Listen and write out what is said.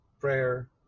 prayer